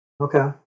Okay